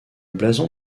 blason